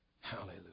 Hallelujah